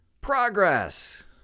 Progress